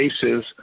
cases